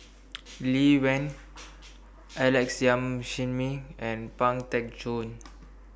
Lee Wen Alex Yam Ziming and Pang Teck Joon